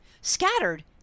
scattered